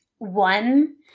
One